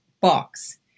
box